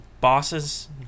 bosses